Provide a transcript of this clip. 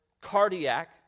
cardiac